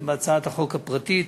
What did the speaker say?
וכמובן בהצעת החוק הפרטית,